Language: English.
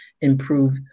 improve